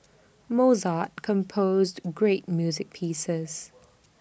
Mozart composed great music pieces